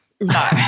No